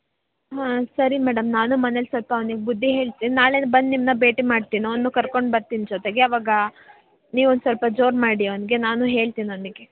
ಹಾಂ ಸರಿ ಮೇಡಮ್ ನಾನು ಮನೆಲ್ಲಿ ಸ್ವಲ್ಪ ಅವ್ನಿಗೆ ಬುದ್ಧಿ ಹೇಳ್ತೀನಿ ನಾಳೆ ಬಂದು ನಿಮ್ಮನ್ನ ಭೇಟಿ ಮಾಡ್ತೀನಿ ಅವ್ನೂ ಕರ್ಕೊಂಡು ಬರ್ತೀನಿ ಜೊತೆಗೆ ಅವಾಗ ನೀವೊಂದು ಸ್ವಲ್ಪ ಜೋರು ಮಾಡಿ ಅವ್ನಿಗೆ ನಾನೂ ಹೇಳ್ತೀನಿ ಅವನಿಗೆ